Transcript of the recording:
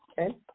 Okay